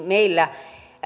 meillä